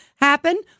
happen